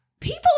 People